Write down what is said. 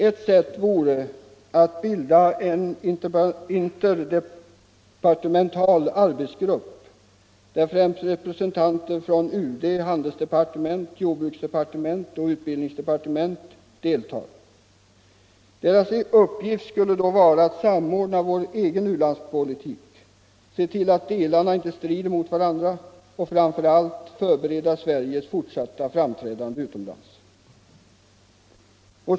Ett sätt vore att bilda en interdepartemental arbetsgrupp där främst representanter för UD, handelsdepartementet, jordbruksdepartementet och utbildningsdepartementet deltar. Deras uppgift skulle då vara att samordna vår egen ulandspolitik, se till att delarna inte strider mot varandra, och — framför allt — förbereda Sveriges fortsatta framträdande utomlands.